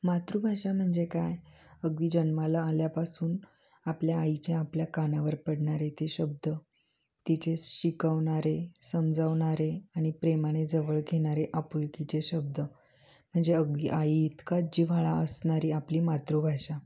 मातृभाषा म्हणजे काय अगदी जन्माला आल्यापासून आपल्या आईच्या आपल्या कानावर पडणारे ते शब्द तिचे शिकवणारे समजवणारे आणि प्रेमाने जवळ घेणारे आपुलकीचे शब्द म्हणजे अगदी आई इतका जिव्हाळा असणारी आपली मातृभाषा